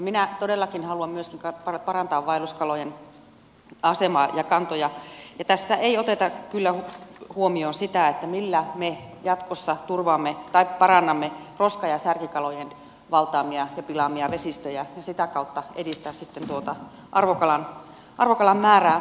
minä todellakin haluan myöskin parantaa vaelluskalojen asemaa ja kantoja ja tässä ei oteta kyllä huomioon millä me jatkossa parannamme roska ja särkikalojen valtaamia ja pilaamia vesistöjä ja sitä kautta edistämme sitten tuota arvokalan määrää vesissä